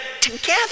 together